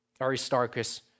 Aristarchus